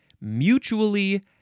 mutually